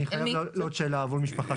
נמרוד,